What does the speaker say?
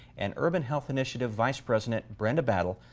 and urban health initiative vice president, brenda battle,